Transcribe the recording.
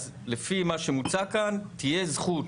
אז לפי מה שמוצע כאן, תהיה זכות